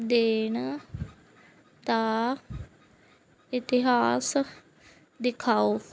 ਦੇਣ ਦਾ ਇਤਿਹਾਸ ਦਿਖਾਓ